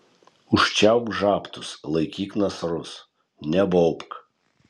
užčiaupk žabtus laikyk nasrus nebaubk